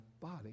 body